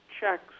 checks